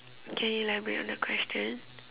can you elaborate on the question